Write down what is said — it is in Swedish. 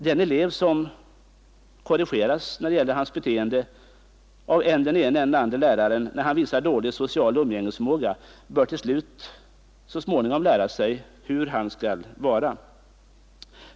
Den elev som korrigeras av än den ene och än den andre läraren när han visar dålig social umgängesförmåga bör så småningom lära sig hur han skall uppföra sig.